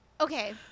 Okay